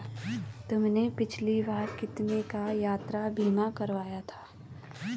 तुमने पिछली बार कितने का यात्रा बीमा करवाया था?